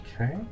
Okay